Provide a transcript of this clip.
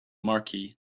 marquis